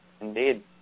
indeed